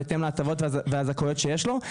בהתאם להטבות והזכאויות שיש לו.